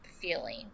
feeling